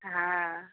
हॅं